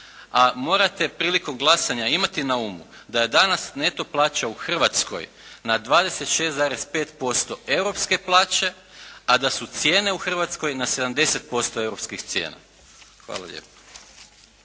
a morate prilikom glasanja imati na umu da je danas neto plaća u Hrvatskoj na 26,5% europske plaće a da su cijene u Hrvatskoj na 70% europskih cijena. Hvala lijepo.